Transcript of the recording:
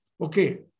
okay